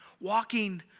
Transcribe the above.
Walking